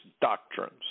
doctrines